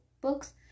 books